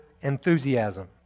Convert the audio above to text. enthusiasm